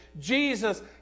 Jesus